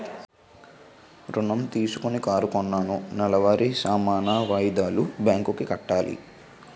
ఋణం తీసుకొని కారు కొన్నాను నెలవారీ సమాన వాయిదాలు బ్యాంకు కి కట్టాలి